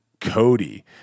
Cody